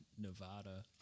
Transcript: Nevada